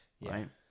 Right